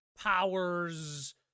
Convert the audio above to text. powers